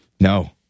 No